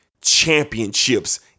championships